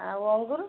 ଆଉ ଅଙ୍ଗୁର